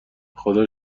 خدا